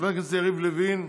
חבר הכנסת יריב לוין,